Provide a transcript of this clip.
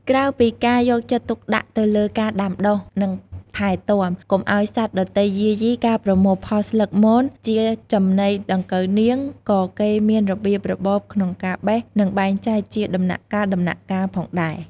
ក្រៅពីការយកចិត្តទុកដាក់ទៅលើការដាំដុះ និងថែទាំ កុំឱ្យសត្វដទៃយាយី ការប្រមូលផលស្លឹកមន ជាចំណីដង្កូវនាង ក៏គេមានរបៀបរបបក្នុងការបេះ និងបែងចែកជាដំណាក់កាលៗផងដែរ។